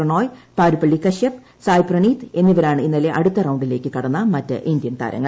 പ്രണോയ് പരുപ്പള്ളി കശ്യപ് സായ് പ്രണീത് എന്നിവരാണ് ഇന്നലെ അടുത്ത റൌണ്ടിലേക്ക് കടന്ന മറ്റ് ഇന്ത്യൻ താരങ്ങൾ